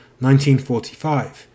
1945